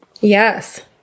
Yes